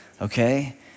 Okay